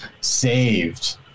saved